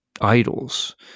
idols